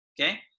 okay